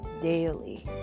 daily